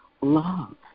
love